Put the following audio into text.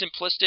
simplistic